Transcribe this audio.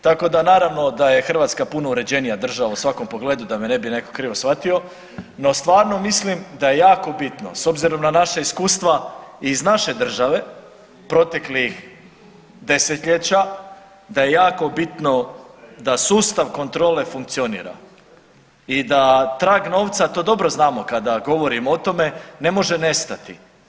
Tako da naravno da je Hrvatska puno uređenija država u svakom pogledu da me ne bi netko krivo shvatio, no stvarno mislim da je jako bitno s obzirom na naša iskustva iz naše države proteklih desetljeća da je jako bitno da sustav kontrole funkcionira i da trag novca, to dobro znamo kada govorim o tome ne može nestati.